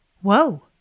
Whoa